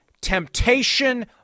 temptation